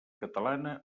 catalana